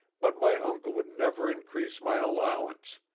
but my uncle would never in crease my allowance.